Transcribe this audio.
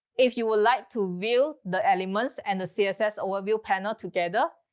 if you would like to view the elements and the css overview panel together,